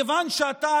מכיוון שאתה,